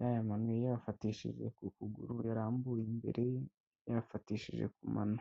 yayamanuye, yayafatishije ku kuguru, birambuye imbere ye, yayafatishije ku mano.